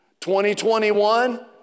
2021